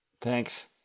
Thanks